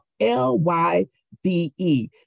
L-Y-B-E